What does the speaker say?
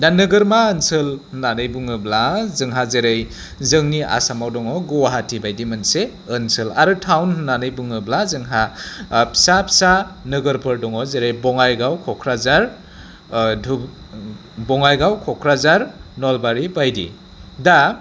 दा नोगोरमा ओनसोल होन्नानै बुङोब्ला जोंहा जेरै जोंनि आसामाव दङ गुवाहाटी बायदि मोनसे ओनसोल आरो टाउन होन्नानै बुङोब्ला जोंहा फिसा फिसा नोगोरफोर दङ जेरै बङाइगाव क'क्राझार नलबारि बायदि दा